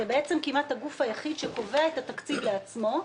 זה בעצם כמעט הגוף היחיד שקובע את התקציב לעצמו,